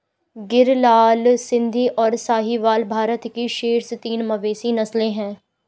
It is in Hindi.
गिर, लाल सिंधी, और साहीवाल भारत की शीर्ष तीन मवेशी नस्लें हैं